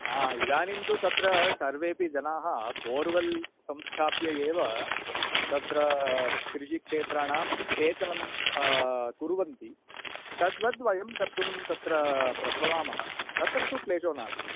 हा इदानीं तु तत्र सर्वेपि जनाः बोर्वर्वेल् संस्थाप्य एव तत्र कृषिक्षेत्राणां सेचनं कुर्वन्ति तद्वद् वयं कर्तुं तत्र प्रभवामः तत्र तु क्लेशो नास्ति